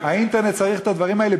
אני רוצה להשיב חצי דקה.